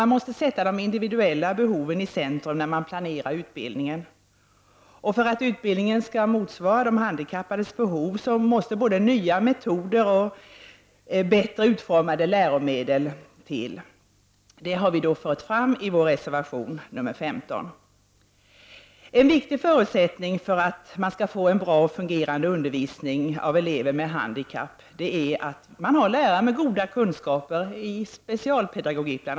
De individuella behoven måste sättas i centrum vid planeringen av denna utbildning. För att utbildningen skall motsvara de handikappades behov behövs det både nya metoder och bättre utformade läromedel. Detta krav för vi fram i vår reservation. En viktig förutsättning för en fungerande och bra undervisning beträffande elever med handikapp är att det finns lärare som har goda kunskaper i bl.a. specialpedagogik.